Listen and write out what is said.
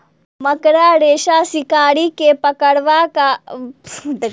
मकड़ा रेशा शिकार के पकड़बा वा शिकार सॅ बचबाक लेल मकड़ा द्वारा बनाओल जाइत अछि